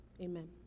amen